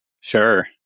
Sure